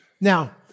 Now